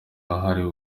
wahariwe